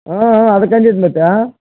ಹಾಂ ಹಾಂ ಅದಕ್ಕೆ ಅಂದಿದ್ದು ಮತ್ತೆ